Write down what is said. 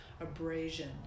abrasion